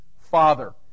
Father